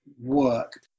work